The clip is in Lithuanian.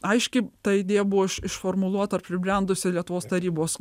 aiški tai deja buvo iš išformuluota ir pribrendusi lietuvos tarybos